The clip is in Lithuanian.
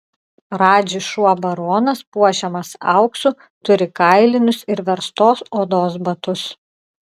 radži šuo baronas puošiamas auksu turi kailinius ir verstos odos batus